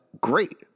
great